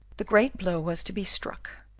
the great blow was to be struck.